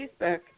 Facebook